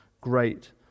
great